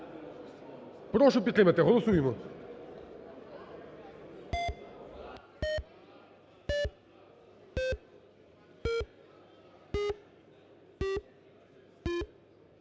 Прошу підтримати, голосуємо.